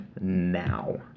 now